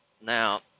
Now